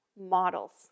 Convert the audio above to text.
models